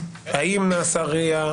האם נעשה RIA,